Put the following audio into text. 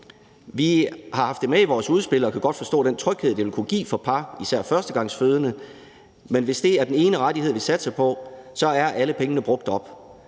Vi har haft det med i vores udspil og kan godt forstå den tryghed, det vil kunne give for par, især førstegangsfødende, men hvis det er den eneste rettighed, vi satser på, er alle pengene brugt.